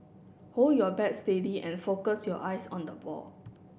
hold your bat steady and focus your eyes on the ball